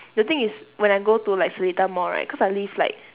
the thing is when I go to like seletar mall right cause I live like